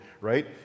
right